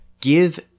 Give